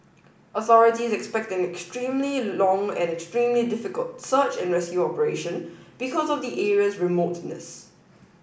authorities expect an extremely long and extremely difficult search and rescue operation because of the area's remoteness